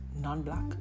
non-black